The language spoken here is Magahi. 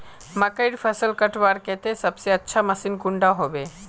मकईर फसल कटवार केते सबसे अच्छा मशीन कुंडा होबे?